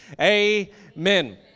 Amen